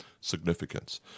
significance